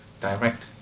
direct